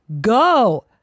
go